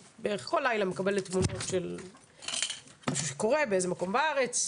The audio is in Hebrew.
אני בערך כל לילה מקבלת תמונות של משהו שקורה באיזה מקום בארץ,